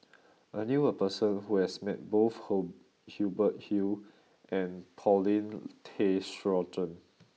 I knew a person who has met both Hubert Hill and Paulin Tay Straughan